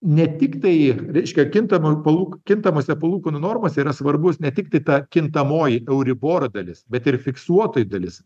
ne tik tai reiškia kintamųjų palūk kintamose palūkanų normose yra svarbus ne tik tai ta kintamoji euribor dalis bet ir fiksuotoji dalis